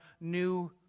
new